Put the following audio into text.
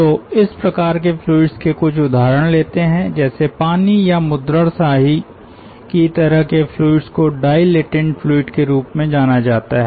तो इस प्रकार के फ्लुइड्स के कुछ उदाहरण लेते हैं जैसे पानी या मुद्रण स्याही की तरह के फ्लुइड्स को डाइलेटेन्ट फ्लूइड के रूप में जाना जाता है